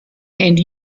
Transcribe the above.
and